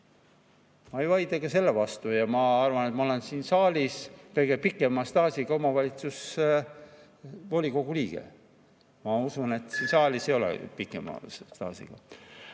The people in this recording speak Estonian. Ma ei vaidle sellele vastu. Ma arvan, et ma olen siin saalis kõige pikema staažiga omavalitsuse volikogu liige. Ma usun, et siin saalis ei ole keegi pikema staažiga.